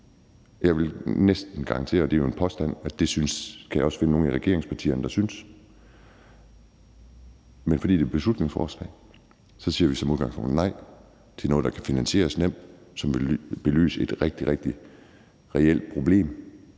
Jeg vil næsten garantere – og det er jo en påstand – at det kan jeg også finde nogle i regeringspartierne der synes, men fordi det er et beslutningsforslag, siger man som udgangspunkt nej til noget, der nemt kan finansieres, og som vil belyse et rigtig, rigtig reelt problem,